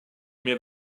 mir